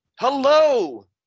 Hello